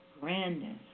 grandness